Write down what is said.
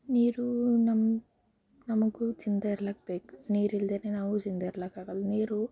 ನೀರು ನಮ್ಮ ನಮಗೂ ಜಿಂದಾ ಇರ್ಲಿಕ್ಕೆ ಬೇಕು ನೀರು ಇಲ್ಲದೆ ನಾವು ಜಿಂದಾ ಇರ್ಲಿಕ್ಕೆ ಆಗಲ್ಲ ನೀರು